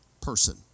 person